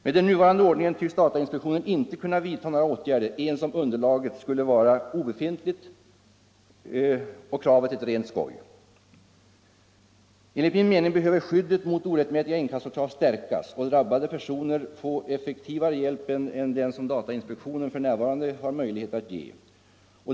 Med den nuvarande ordningen tycks datainspektionen inte kunna vidtaga några åtgärder ens om underlaget skulle vara obefintligt och kravet ett rent skoj. Enligt min mening behöver skyddet mot orättmätiga inkassokrav stärkas och drabbade personer få effektivare hjälp än den datainspektionen f.n. har möjlighet att ge.